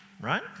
right